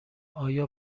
آیا